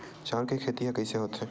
चांउर के खेती ह कइसे होथे?